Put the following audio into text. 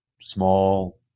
small